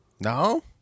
No